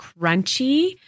crunchy